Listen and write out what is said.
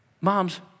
Moms